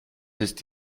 ist